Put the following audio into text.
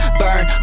burn